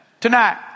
Tonight